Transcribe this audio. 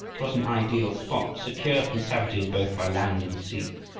it was an ideal spot, secure from savages both by land and sea.